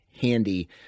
handy